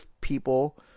people